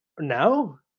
now